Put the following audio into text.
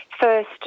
first